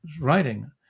writing